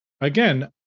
again